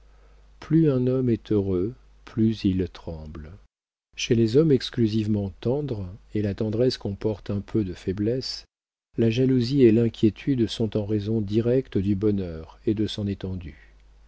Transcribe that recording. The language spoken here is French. plus un homme est heureux plus il tremble chez les âmes exclusivement tendres et la tendresse comporte un peu de faiblesse la jalousie et l'inquiétude sont en raison directe du bonheur et de son étendue